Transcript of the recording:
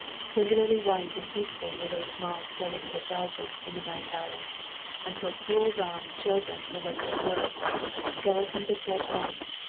singularly white and peaceful were those small steadings of belgium in the night hours until cruel dawn showed them for what they were skeletons of dead homes,